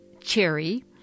Cherry